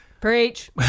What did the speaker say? Preach